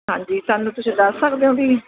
ਹਾਂਜੀ ਸਾਨੂੰ ਤੁਸੀਂ ਦੱਸ ਸਕਦੇ ਹੋ ਵੀ